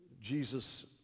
Jesus